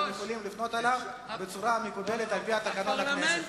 אתם יכולים לפנות אליו בצורה מקובלת על-פי תקנון הכנסת.